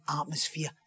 atmosphere